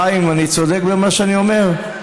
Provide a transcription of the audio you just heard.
חיים, אני צודק במה שאני אומר?